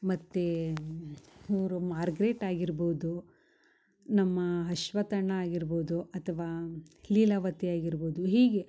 ಮತ್ತು ಇವರು ಮಾರ್ಗ್ರೆಟ್ ಆಗಿರ್ಬೌದು ನಮ್ಮ ಅಶ್ವಥ್ ಅಣ್ಣ ಆಗಿರ್ಬೌದು ಅಥವಾ ಲೀಲಾವತಿ ಆಗಿರ್ಬೌದು ಹೀಗೆ